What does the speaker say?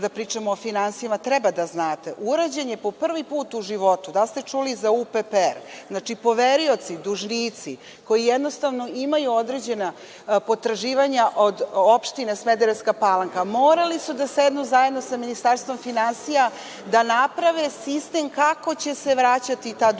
kada pričamo o finansijama treba da znate, urađen je po prvi put u životu UPPR. Poverioci, dužnici koji imaju određena potraživanja od opštine Smederevska Palanka morali su da sednu zajedno sa Ministarstvom finansija da naprave sistem kako će se vraćati ta dugovanja.